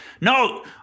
no